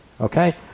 Okay